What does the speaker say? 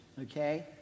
okay